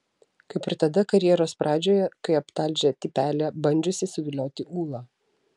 kaip ir tada karjeros pradžioje kai aptalžė tipelį bandžiusį suvilioti ūlą